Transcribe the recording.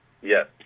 Yes